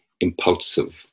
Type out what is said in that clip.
impulsive